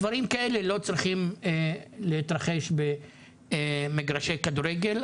דברים כאלה לא צריכים להתרחש במגרשי כדורגל.